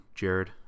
jared